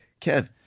Kev